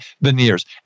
veneers